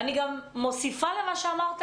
אני גם מוסיפה למה שאמרת